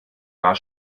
war